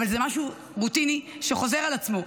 אבל זה משהו רוטיני שחוזר על עצמו.